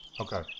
Okay